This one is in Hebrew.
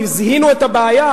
כי זיהינו את הבעיה,